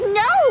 no